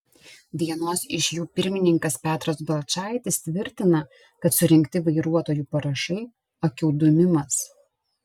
vienos iš jų pirmininkas petras balčaitis tvirtina kad surinkti vairuotojų parašai akių dūmimas